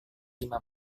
lima